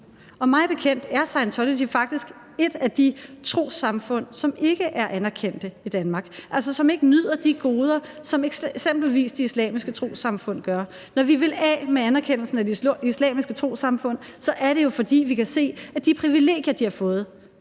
Og mig bekendt er Scientology faktisk et af de trossamfund, som ikke er anerkendt i Danmark, altså som ikke nyder de goder, som eksempelvis de islamiske trossamfund gør. Når vi vil af med anerkendelsen af de islamiske trossamfund, er det jo, fordi vi kan se, at de privilegier, de har fået,